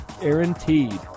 guaranteed